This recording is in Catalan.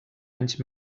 anys